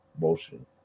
motion